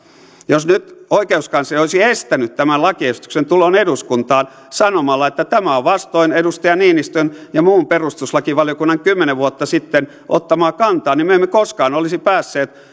jos nyt oikeuskansleri olisi estänyt tämän lakiesityksen tulon eduskuntaan sanomalla että tämä on vastoin edustaja niinistön ja muun perustuslakivaliokunnan kymmenen vuotta sitten ottamaa kantaa niin me emme koskaan olisi päässeet